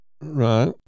right